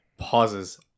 pauses